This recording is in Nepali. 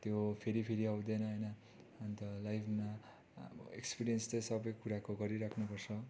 त्यो फेरि फेरि आउँदैन होइन अन्त लाइफमा अब एक्सपिरियन्स अब सबै कुराको गरिराख्नुपर्छ